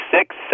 six